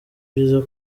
byiza